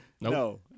no